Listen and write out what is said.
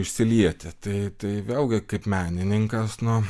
išsilieti tai tai vėlgi kaip menininkas nu